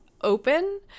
open